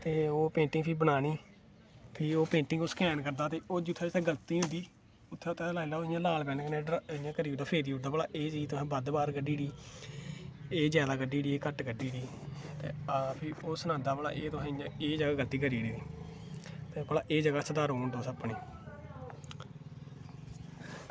ते ओह् पेंटिंग फिर बनानी ते ओह् पेंटिंग स्कैन करदा ते ओह् जित्थें जित्थें गल्त होंदी ते उत्थें उत्थें लाल पेन कन्नै मतलब कि फेरी दिंदा एह् चीज़ तुसें बद्ध बाहर कड्ढी ओड़ी एह् जादै कड्ढी ओड़ी एह् घट्ट कड्ढी ओड़ी ते फिर सनांदा भला तुसें एह् गल्ती करी ओड़ी ते एह् जगह सुधारो हून तुस अपनी